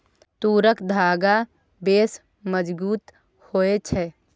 तूरक धागा बेस मजगुत होए छै